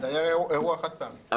זה היה אירוע חד פעמי.